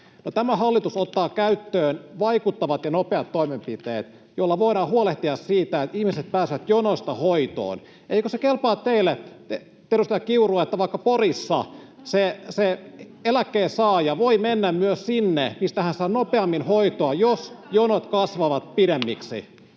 tämä hallitus ottaa käyttöön vaikuttavat ja nopeat toimenpiteet, joilla voidaan huolehtia siitä, että ihmiset pääsevät jonoista hoitoon. [Krista Kiuru: Vaikuttavat? Vaikuttavat? Vaikuttavat?] Eikö se kelpaa teille, edustaja Kiuru, että vaikka Porissa eläkkeensaaja voi mennä myös sinne, mistä hän saa nopeammin hoitoa, jos jonot kasvavat pidemmiksi?